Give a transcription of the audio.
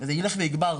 זה ילך ויגבר,